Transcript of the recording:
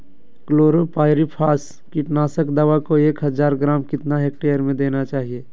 Chlorpyrifos कीटनाशक दवा को एक हज़ार ग्राम कितना हेक्टेयर में देना चाहिए?